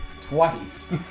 Twice